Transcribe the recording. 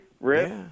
Rip